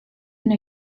une